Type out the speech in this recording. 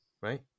right